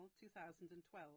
2012